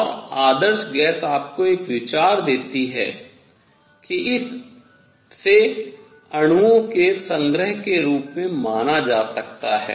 और आदर्श गैस आपको एक विचार देती है कि इसे अणुओं के संग्रह के रूप में माना जा सकता है